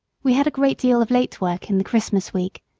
we had a great deal of late work in the christmas week,